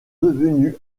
devenus